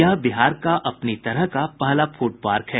यह बिहार का अपनी तरह का पहला फूड पार्क है